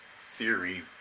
theory